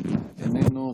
איננו,